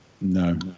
No